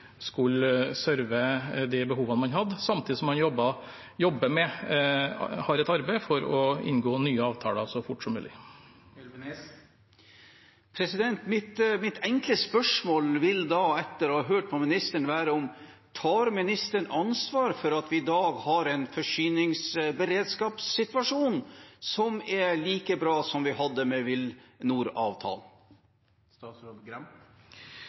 skulle serve de behovene man hadde, samtidig som man har et arbeid for å inngå nye avtaler så fort som mulig. Mitt enkle spørsmål vil da – etter å ha hørt på ministeren – være: Tar ministeren ansvar for at vi i dag har en beredskapssituasjon som er like bra som vi hadde med